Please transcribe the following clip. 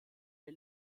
der